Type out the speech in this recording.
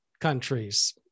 countries